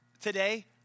today